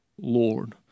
Lord